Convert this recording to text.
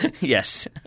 Yes